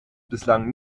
bislang